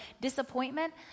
disappointment